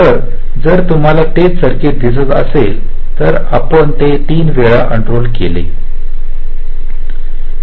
तर जर तुम्हाला तेच सर्किट दिसत असेल तर आपण ते 3 वेळा अनरोल केले आहे